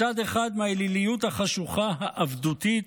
מצד אחד מהאליליות החשוכה העבדותית,